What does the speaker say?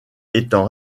étant